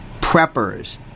Preppers